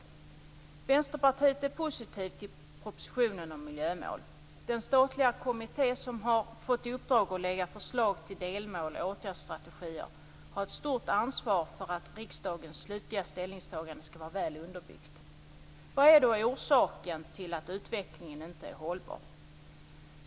Vi i Vänsterpartiet är positiva till propositionen om miljömål. Den statliga kommitté som har fått i uppdrag att lägga fram förslag till delmål och åtgärdsstrategier har ett stort ansvar för att riksdagens slutliga ställningstagande blir väl underbyggt. Vad är då orsaken till att utvecklingen inte är hållbar?